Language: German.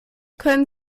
können